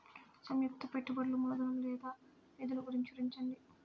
సంయుక్త పెట్టుబడులు మూలధనం లేదా నిధులు గురించి వివరించండి?